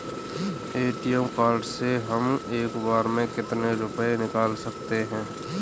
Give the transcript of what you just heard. ATM card से हम एक बार में कितने रुपये निकाल सकते हैं?